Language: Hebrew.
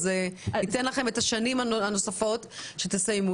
אז ניתן לכם את השנים הנוספות כדי שתסיימו